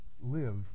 live